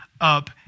up